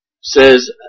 says